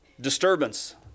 disturbance